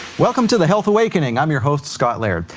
welcome to the health awakening. i'm your host scott laird.